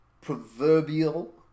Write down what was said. proverbial